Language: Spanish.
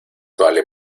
vale